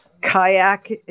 kayak